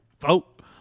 Vote